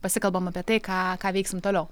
pasikalbam apie tai ką ką veiksim toliau